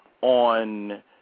on